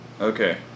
Okay